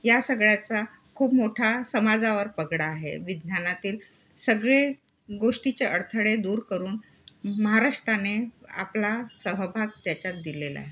या सगळ्याचा खूप मोठा समाजावर पगडा आहे विज्ञानातील सगळे गोष्टीचे अडथळे दूर करून महाराष्ट्राने आपला सहभाग त्याच्यात दिलेला आहे